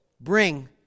bring